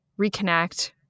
reconnect